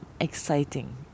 exciting